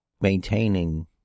maintaining